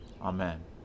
Amen